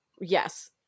Yes